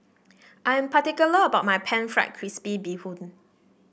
I am particular about my pan fried crispy Bee Hoon